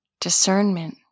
discernment